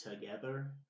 together